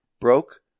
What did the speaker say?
broke